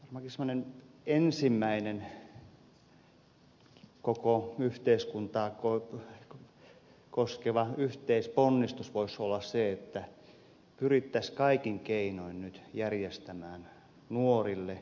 semmoinen ensimmäinen koko yhteiskuntaa koskeva yhteisponnistus voisi olla se että pyrittäisiin kaikin keinoin nyt järjestämään nuorille kesätyöpaikkoja